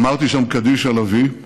אמרתי שם קדיש על אבי,